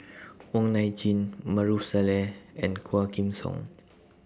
Wong Nai Chin Maarof Salleh and Quah Kim Song